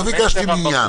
לא ביקשתי מניין.